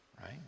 right